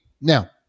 Now